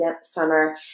summer